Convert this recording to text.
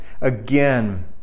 again